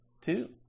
two